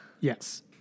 Yes